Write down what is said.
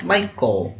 Michael